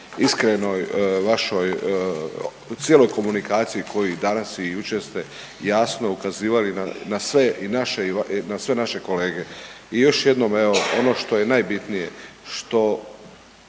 iskrenoj vašoj cijeloj komunikaciji koju i danas i jučer ste jasno ukazivali na sve i naše, na sve naše kolege. I još jednom evo, ono što je najbitnije što